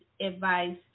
advice